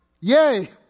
Yay